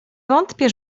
wątpię